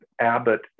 Abbott